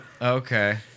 Okay